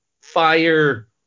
fire